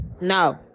no